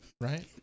right